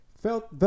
Felt